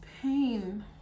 pain